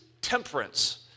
temperance